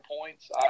points